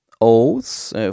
Oaths